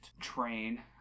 train